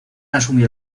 asumió